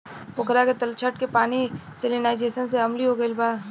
पोखरा के तलछट के पानी सैलिनाइज़ेशन से अम्लीय हो गईल बा